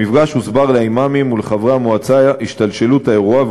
במפגש הוסברה לאימאמים ולחברי המועצה השתלשלות האירוע,